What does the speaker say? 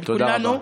של כולנו.